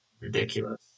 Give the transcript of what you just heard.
ridiculous